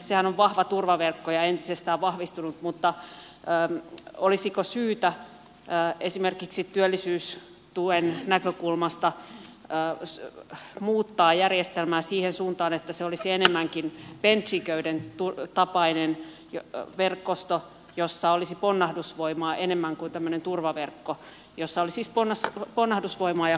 sehän on vahva turvaverkko ja entisestään vahvistunut mutta olisiko syytä esimerkiksi työllisyystuen näkökulmasta muuttaa järjestelmää siihen suuntaan että se olisi enemmänkin benjiköyden tapainen verkosto jossa olisi ponnahdusvoimaa ja kannustavuutta kuin tämmöinen turvaverkko